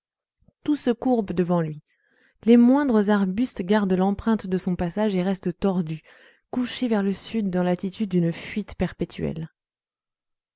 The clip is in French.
tout se courbe devant lui les moindres arbustes gardent l'empreinte de son passage en restent tordus couchés vers le sud dans l'attitude d'une fuite perpétuelle